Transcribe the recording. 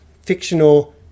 fictional